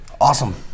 Awesome